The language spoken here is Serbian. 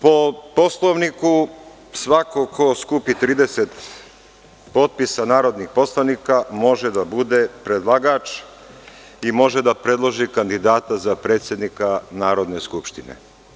Po Poslovniku, svako ko skupi 30 potpisa narodnih poslanika može da bude predlagač i može da predloži kandidata za predsednika Narodne skupštine.